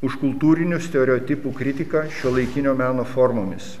už kultūrinių stereotipų kritiką šiuolaikinio meno formomis